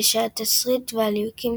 ושהתסריט והליהוקים